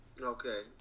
Okay